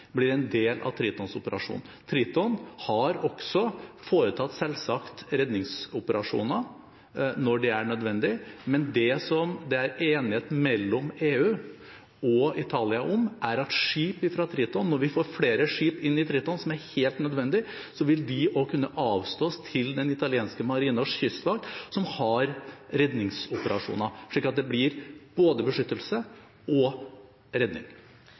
blir en del av Tritons operasjon. Triton har også selvsagt foretatt redningsoperasjoner når det er nødvendig, men det som det er enighet om mellom EU og Italia, er at skip fra Triton – når vi får flere skip inn i Triton, som er helt nødvendig – også vil kunne avstås til den italienske marine og kystvakt som har redningsoperasjoner, slik at det blir både beskyttelse og redning.